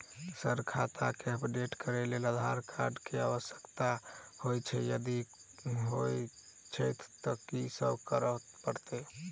Sir खाता केँ update करऽ लेल आधार कार्ड केँ आवश्यकता होइ छैय यदि होइ छैथ की सब करैपरतैय?